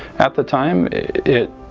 at the time it